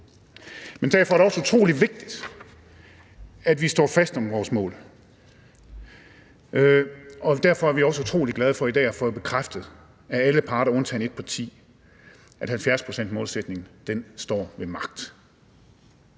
Men det er også utrolig vigtigt, at vi står fast på vores mål, og derfor er vi også utrolig glade for i dag at få bekræftet af alle parter, undtagen et parti, at 70-procentsmålsætningen står ved magt.